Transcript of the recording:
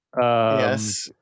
Yes